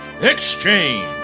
Exchange